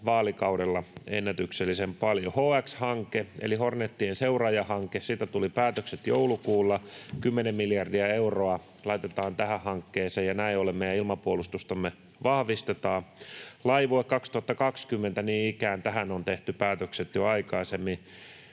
vaalikaudella ennätyksellisen paljon. HX-hanke eli Hornetien seuraajahanke, sieltä tuli päätökset joulukuulla: 10 miljardia euroa laitetaan tähän hankkeeseen ja näin ollen meidän ilmapuolustustamme vahvistetaan. Laivue 2020 niin ikään, tähän on tehty päätökset jo aikaisemmin